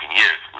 years